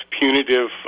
punitive